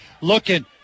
Looking